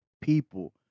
people